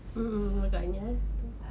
mm agaknya eh